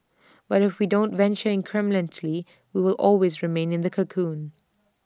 but if we don't venture incrementally we will always remain in the cocoon